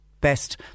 best